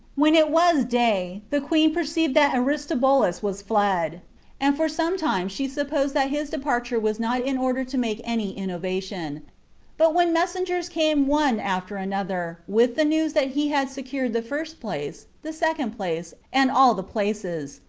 when it was day, the queen perceived that aristobulus was fled and for some time she supposed that his departure was not in order to make any innovation but when messengers came one after another with the news that he had secured the first place, the second place, and all the places,